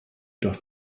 doch